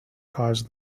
caused